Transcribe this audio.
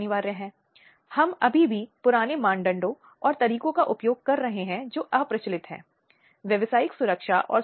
अब जब हम नागरिक समाज शब्द का उपयोग कर रहे हैं तो इसका क्या मतलब है